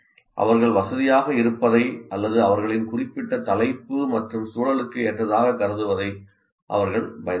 அவர்கள் வசதியாக இருப்பதை அல்லது அவர்களின் குறிப்பிட்ட தலைப்பு மற்றும் சூழலுக்கு ஏற்றதாக கருதுவதை அவர்கள் பயன்படுத்தலாம்